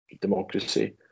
democracy